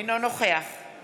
אינו נוכח רפי